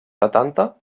setanta